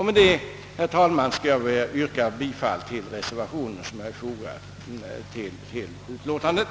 Med det anförda yrkar jag, herr talman, bifall till den reservation som är fogad till utlåtandet.